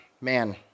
man